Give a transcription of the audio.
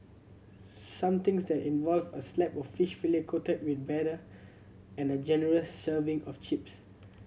something that involve a slab of fish fillet coated with batter and a generous serving of chips